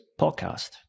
podcast